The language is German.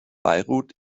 beirut